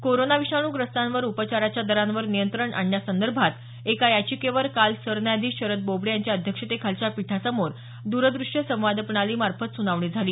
corona विषाणूग्रस्तांवर उपचाराच्या दरांवर नियंत्रण आणण्यासंदर्भात एका याचिकेवर काल सरन्यायाधीश शरद बोबडे यांच्या अध्यक्षतेखालच्या पीठासमोर द्रद्रश्य संवाद प्रणालीमार्फत सुनावणी झाली